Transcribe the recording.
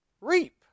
reap